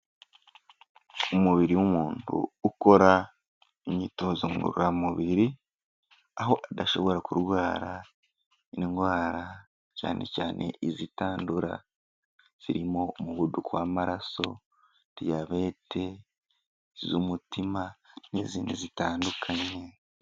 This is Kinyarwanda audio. Umubiri w'umuntu ukora imyitozo ngororamubiri, aho adashobora kurwara indwara cyane cyane izitandura zirimo umuvuduko w'amaraso, diyabete iz'umutima n'izindi zitandukanye.